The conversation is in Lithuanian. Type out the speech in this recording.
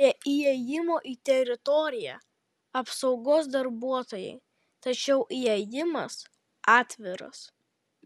prie įėjimo į teritoriją apsaugos darbuotojai tačiau įėjimas atviras